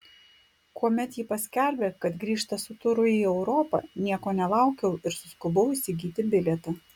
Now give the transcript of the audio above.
kuomet ji paskelbė kad grįžta su turu į europą nieko nelaukiau ir suskubau įsigyti bilietą